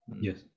Yes